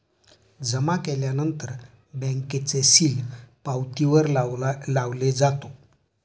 जमा केल्यानंतर बँकेचे सील पावतीवर लावले जातो